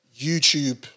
YouTube